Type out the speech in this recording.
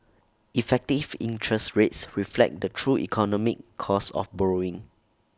effective interest rates reflect the true economic cost of borrowing